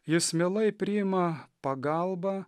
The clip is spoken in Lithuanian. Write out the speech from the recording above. jis mielai priima pagalbą